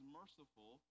merciful